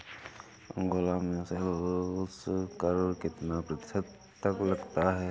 Angola में sales कर कितना प्रतिशत तक लगता है?